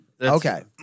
okay